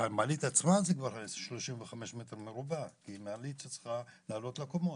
המעלית עצמה זה כבר 35 מ"ר כי מעלית צריכה לעלות לקומות.